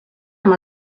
amb